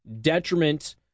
Detriment